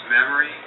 memory